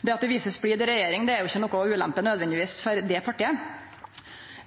Og det at det blir vist splid i regjering, er ikkje noka ulempe nødvendigvis for det partiet.